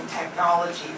technology